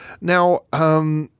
Now